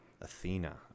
Athena